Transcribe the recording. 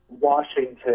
Washington